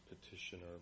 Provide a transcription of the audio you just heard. petitioner